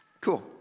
Cool